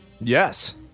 Yes